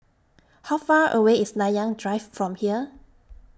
How Far away IS Nanyang Drive from here